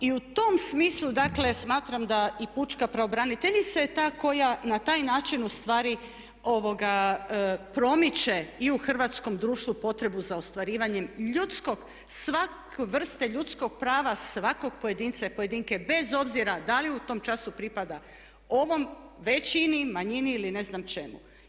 I u tom smislu dakle smatram da i pučka pravobraniteljica je ta koja na taj način ustvari promiče i u hrvatskom društvu potrebu za ostvarivanjem svake vrste ljudskog prava svakog pojedinca i pojedinke bez obzira da li u tom času pripada većini, manjini ili ne znam čemu.